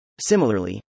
similarly